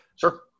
sure